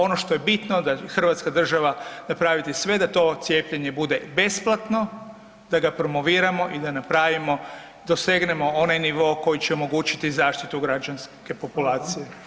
Ono što je bitno, da hrvatska država napraviti sve da to cjepivo bude besplatno, da ga promoviramo i da napravimo, dosegnemo onaj nivo koji će omogućiti zaštitu građanske populacije.